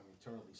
eternally